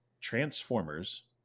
Transformers